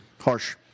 Harsh